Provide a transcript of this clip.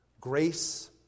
grace